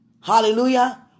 Hallelujah